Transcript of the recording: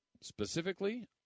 Specifically